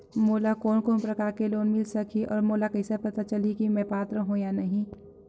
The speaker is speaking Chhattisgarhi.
मोला कोन कोन प्रकार के लोन मिल सकही और मोला पता कइसे चलही की मैं पात्र हों या नहीं?